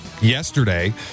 yesterday